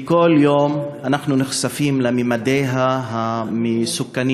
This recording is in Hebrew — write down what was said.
וכל יום אנחנו נחשפים לממדיה המסוכנים.